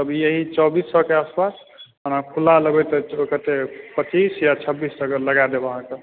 तऽ चौबीस पचास होयत ओना खुला लेबै तऽ पच्चीस या छब्बीस टके लगा देब अहाँकेॅं